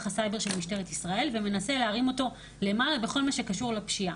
הסייבר של משטרת ישראל ומנסה להרים אותו למעלה בכל מה שקשור לפשיעה,